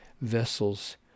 vessels